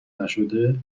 نشده